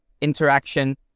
interaction